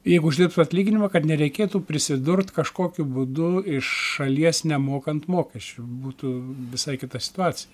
jeigu uždirbs atlyginimą kad nereikėtų prisidurti kažkokiu būdu iš šalies nemokant mokesčių būtų visai kita situacija